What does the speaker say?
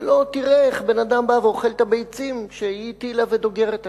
שלא תראה איך בן-אדם בא ואוכל את הביצים שהיא הטילה ודוגרת עליהן.